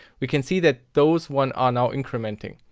we can see that those one are now incrementing.